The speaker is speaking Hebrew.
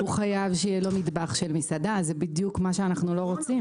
זה בדיוק מה שאנחנו לא רוצים.